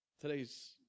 today's